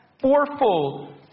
fourfold